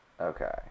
Okay